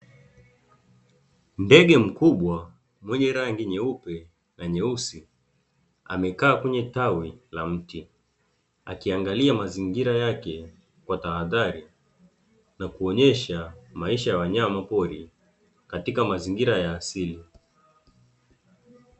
Ndege mkubwa mwenye rangi nyeupe na nyeusi amekaa kwenye tawi la mti, akiangalia mazingira yake kwa tahadhari, na kuonyesha maisha ya wanyamapori katika mazingira ya asili.